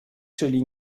czyli